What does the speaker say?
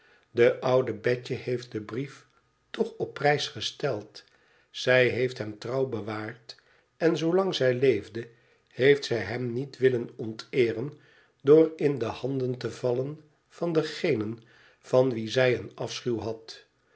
de oude betje heeft den brief toch op prijs gesteld zij heeft hem trouw bewaard en zoolang zij leefde heeft zij hem niet willen onteeren door in de handen te vallen van degenen van wie zij een afschuw had